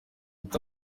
ati